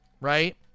right